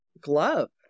glove